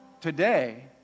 Today